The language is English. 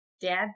Dad